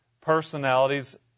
personalities